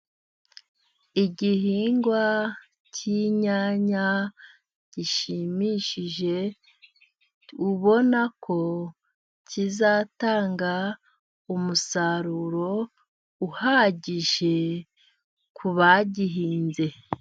Igihingwa cy'inyanya gishimishije, ubona ko kizatanga umusaruro uhagije ku bagihinze.